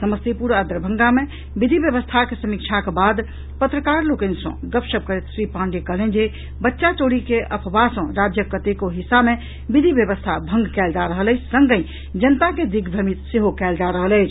समस्तीपुर आ दरभंगा मे विधि व्यवस्थाक समीक्षाक बाद पत्रकार लोकनि सॅ गपशप करैत श्री पांडेय कहलनि जे बच्चा चोरी के अफवाह सॅ राज्यक कतोके हिस्सा मे विधि व्यवस्था भंग कयल जा रहल अछि संगहि जनता के दिग्भ्रमित सेहो कयल जा रहल अछि